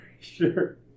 Sure